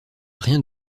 rien